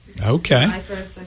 Okay